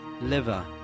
liver